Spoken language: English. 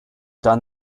done